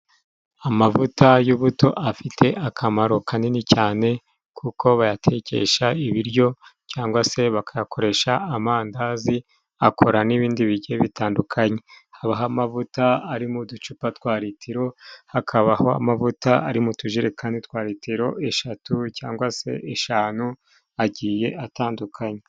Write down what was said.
Amavuta y'ubuto afite akamaro kanini cyane kuko bayatekesha ibiryo cyangwa se bakayakoresha amandazi akora n'ibindi bigiye bitandukanye. Habaho amavuta ari mu ducupa twa litiro, hakabaho amavuta ari mu tujerekani twa litiro eshatu ,cyangwa se eshanu agiye atandukanye.